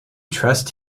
trust